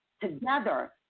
together